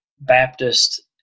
Baptist